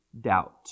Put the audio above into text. doubt